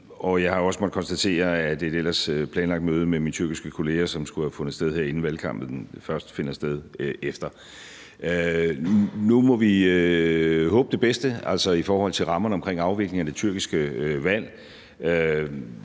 sig. Jeg har også måttet konstatere, at et ellers planlagt møde med min tyrkiske kollega, som skulle have fundet sted her inden valgkampen, først finder sted efter. Nu må vi håbe det bedste, altså i forhold til rammerne omkring afviklingen af det tyrkiske valg.